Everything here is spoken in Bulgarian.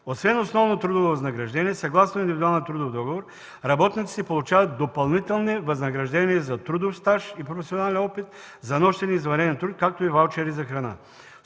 Освен основно трудово възнаграждение съгласно индивидуалния трудов договор, работниците получават допълнителни възнаграждения за трудов стаж и професионален опит, за нощен и извънреден труд, както и ваучери за храна.